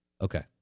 Okay